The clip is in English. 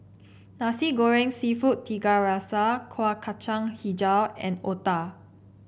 Nasi Goreng seafood Tiga Rasa Kueh Kacang hijau and Otah